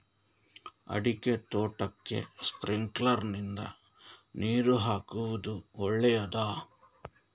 ಅಡಿಕೆ ತೋಟಕ್ಕೆ ಸ್ಪ್ರಿಂಕ್ಲರ್ ನಿಂದ ನೀರು ಹಾಕುವುದು ಒಳ್ಳೆಯದ?